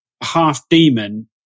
half-demon